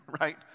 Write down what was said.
right